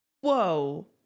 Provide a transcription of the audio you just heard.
Whoa